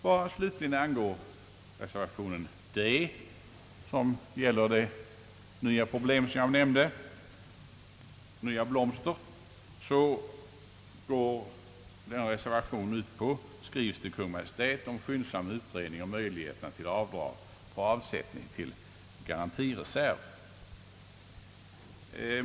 Vad slutligen angår den med D betecknade reservationen, som gäller det nya motionsblomster som jag nyss nämnde, går den ut på att riksdagen i skrivelse till Kungl. Maj:t begär skyndsam utredning om möjligheterna till avdrag för avsättning till garantireserv.